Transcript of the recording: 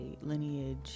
lineage